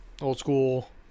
old-school